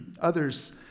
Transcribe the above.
Others